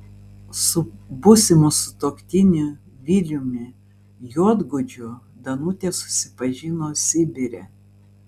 su būsimu sutuoktiniu viliumi juodgudžiu danutė susipažino sibire